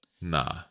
Nah